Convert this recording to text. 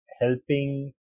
helping